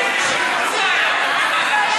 לסדר?